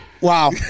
Wow